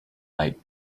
might